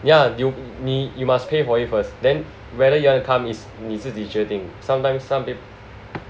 yeah you 你 need you must pay for it first then whether you want to come is 你自己决定 sometimes some peop~